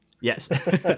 Yes